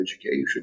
education